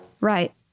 Right